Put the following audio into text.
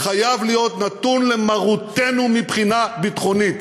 חייב להיות נתון למרותנו מבחינה ביטחונית.